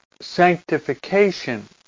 sanctification